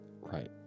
Right